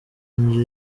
nzu